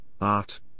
art